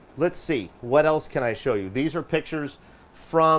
let's see what else can i show you? these are pictures from